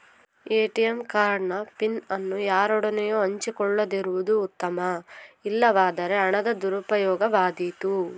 ATM card ನ PIN ಅನ್ನು ಯಾರೊಡನೆಯೂ ಹಂಚಿಕೊಳ್ಳದಿರುವುದು ಉತ್ತಮ, ಇಲ್ಲವಾದರೆ ಹಣದ ದುರುಪಯೋಗವಾದೀತು